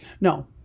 no